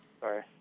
Sorry